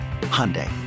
Hyundai